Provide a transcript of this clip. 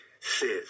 says